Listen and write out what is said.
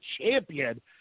champion